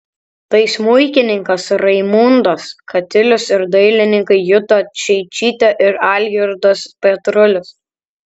tai smuikininkas raimundas katilius ir dailininkai juta čeičytė ir algirdas petrulis